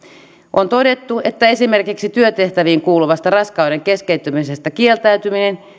on todettu että esimerkiksi työtehtäviin kuuluvasta raskauden keskeyttämisestä kieltäytyminen